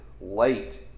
late